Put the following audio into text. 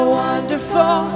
wonderful